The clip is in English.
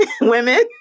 women